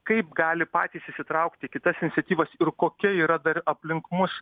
kaip gali patys įsitraukti į kitas iniciatyvas ir kokia yra dar aplink mus